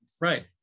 Right